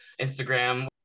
Instagram